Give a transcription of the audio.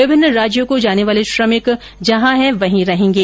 विमिन्न राज्यों को जाने वाले श्रमिक जहां है वहीं रहेंगे